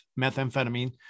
methamphetamine